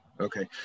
Okay